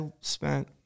spent